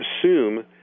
assume